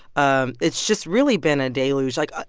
um it's just really been a deluge, like, ah